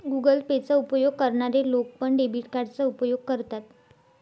Google Pay चा उपयोग करणारे लोक पण, डेबिट कार्डचा उपयोग करतात